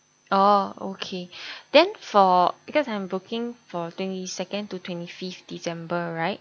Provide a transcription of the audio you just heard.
oh okay then for because I'm booking for twenty second to twenty fifth december right